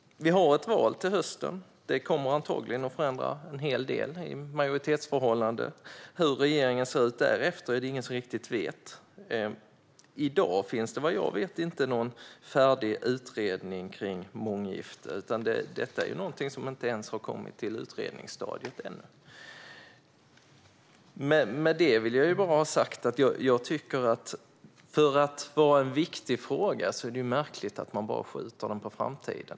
Vi har ett val till hösten. Majoritetsförhållandena kommer antagligen att förändras en hel del. Hur regeringen ser ut därefter är det ingen som riktigt vet. I dag finns det vad jag vet inte någon färdig utredning kring månggifte. Detta är någonting som inte ens har kommit till utredningsstadiet ännu. Med det vill jag bara ha sagt: Jag tycker att det, med tanke på att det är en viktig fråga, är märkligt att man hela tiden skjuter den på framtiden.